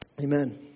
amen